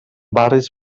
barris